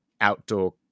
outdoor